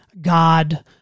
God